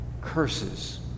curses